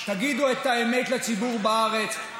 תגידו את האמת לציבור בארץ,